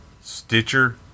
Stitcher